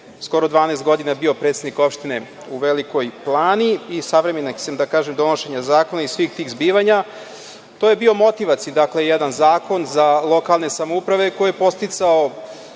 skoro 12 godina bio predsednik opštine u Velikoj Plani i savremenik sam, da kažem, donošenja zakona i svih tih zbivanja, to je bio motivacioni jedan zakon za lokalne samouprave koji je podsticao